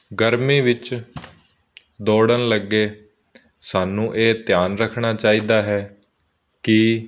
ਗਰਮੀ ਵਿੱਚ ਦੌੜਨ ਲੱਗੇ ਸਾਨੂੰ ਇਹ ਧਿਆਨ ਰੱਖਣਾ ਚਾਹੀਦਾ ਹੈ ਕਿ